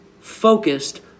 focused